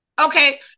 okay